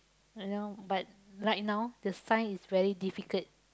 you know but right now the science is very difficult